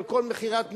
על כל מכירת מגרש,